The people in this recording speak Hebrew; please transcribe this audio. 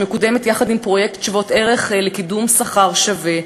שמקודמת יחד עם פרויקט "שוות ערך" לקידום שכר שווה,